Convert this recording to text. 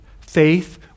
faith